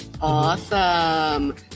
Awesome